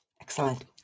Excellent